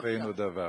בבקשה.